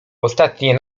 ostatnie